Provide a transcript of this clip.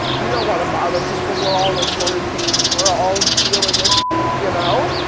you don't want to bother people. we're all in quarantine. we're all dealing with you know?